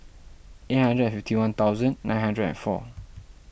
eight hundred and fifty one thousand nine hundred and four